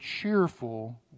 cheerful